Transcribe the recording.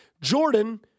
Jordan